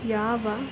ಯಾವ